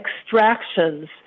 extractions